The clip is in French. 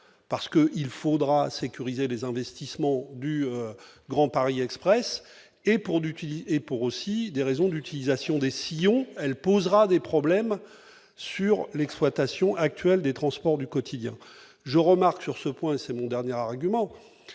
parce que il faudra sécuriser les investissements du Grand Paris Express et pour d'utiliser et pour aussi des raisons d'utilisation décision elle posera des problèmes sur l'exploitation actuelle des transports du quotidien, je remarque sur ce point, c'est mon dernier argument